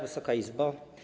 Wysoka Izbo!